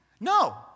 No